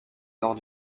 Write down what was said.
nord